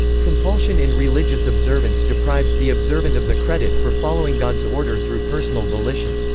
compulsion in religious observance deprives the observant of the credit for following god's order through personal volition.